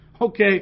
okay